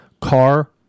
car